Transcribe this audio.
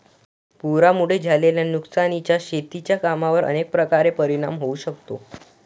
पुरामुळे झालेल्या नुकसानीचा शेतीच्या कामांवर अनेक प्रकारे परिणाम होऊ शकतो